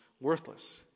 worthless